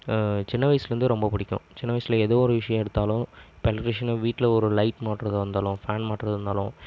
சின்ன வயசுலிருந்தே ரொம்ப பிடிக்கும் சின்ன வயசில் ஏதோ ஒரு விஷயம் எடுத்தாலும் எலெக்ட்ரீஷியன்னா வீட்டில் ஒரு லைட் மாட்டுறதா இருந்தாலும் ஃபேன் மாட்டுறதா இருந்தாலும்